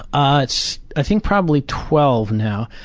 ah it's, i think, probably twelve now.